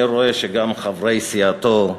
כשאני רואה שגם חברי סיעתו,